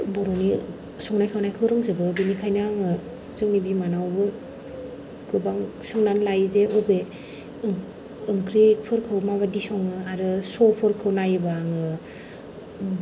बर'नि संनाय खावनायखौ रोंजोबो बेनिखायनो आङो जोंनि बिमानावबो गोबां सोंनानै लायो जे बबे ओंख्रिफोरखौ माबायदि सङो आरो श'फोरखौ नायोबा आङो